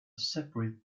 separate